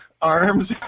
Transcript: arms